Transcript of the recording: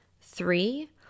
three